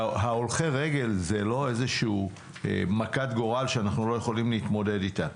והולכי רגל זה לא איזושהי מכת גורל שאנחנו לא יכולים להתמודד איתה.